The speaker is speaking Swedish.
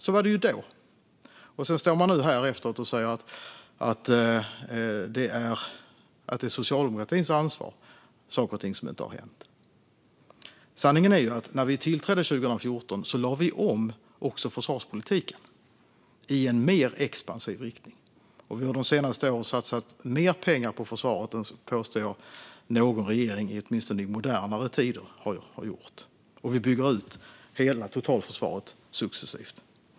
Så var det då. Nu står man här efteråt och säger att det är socialdemokratins ansvar, saker och ting som inte har hänt. Sanningen är att när vi tillträdde 2014 lade vi om försvarspolitiken i en mer expansiv riktning, och vi har de senaste åren satsat mer pengar på försvaret än någon regering, åtminstone i modernare tider, har gjort. Vi bygger ut hela totalförsvaret successivt.